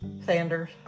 Sanders